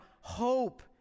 hope